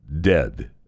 dead